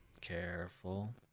Careful